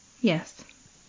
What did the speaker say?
Yes